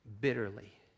bitterly